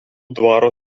dvaro